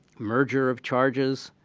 merger of charges